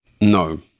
No